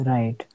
Right